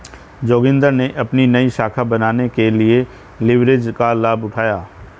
जोगिंदर ने अपनी नई शाखा बनाने के लिए लिवरेज का लाभ उठाया